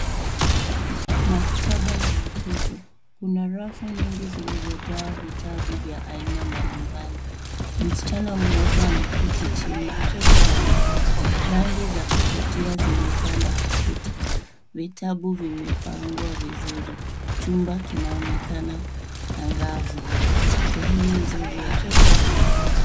Maktaba ya watoto. Kuna rafu nyingi zilizojaa vitabu vya aina mbalimbali. Msichana mmoja ameketi chini akisoma. Rangi za kuvutia zimepamba ukuta. Vitabu vimepangwa vizuri. Chumba kinaonekana angavu, sehemu nzuri ya kusoma.